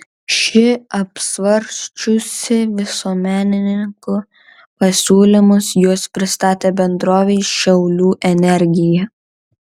ši apsvarsčiusi visuomenininkų pasiūlymus juos pristatė bendrovei šiaulių energija